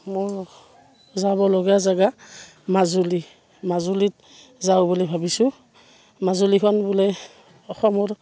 মোৰ যাবলগীয়া জেগা মাজুলী মাজুলীত যাওঁ বুলি ভাবিছোঁ মাজুলীখন বোলে অসমৰ